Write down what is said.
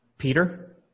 Peter